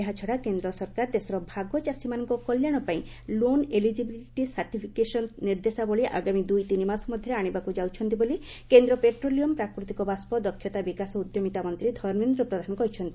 ଏହାଛଡା କେନ୍ଦ୍ର ସରକାର ଦେଶର ଭାଗ ଚାଷୀମାନଙ୍କ କଲ୍ୟାଶ ପାଇଁ ଲୋନ ଏଲିଜିବିଲିଟି ସାର୍ଟିଫିକେସନ ନିର୍ଦ୍ଦେଶାବଳୀ ଆଗାମୀ ଦୁଇ ତିନି ମାସରେ ଆଶିବାକୁ ଯାଉଛନ୍ତି ବୋଲି କେନ୍ଦ୍ର ପେଟ୍ରୋଲିୟମ ପ୍ରାକୃତିକ ବାଷ୍ଟ ଦକ୍ଷତା ବିକାଶ ଉଦ୍ୟାମୀତା ମନ୍ତ୍ରୀ ଧର୍ମେନ୍ଦ୍ର ପ୍ରଧାନ କହିଛନ୍ତି